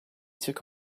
took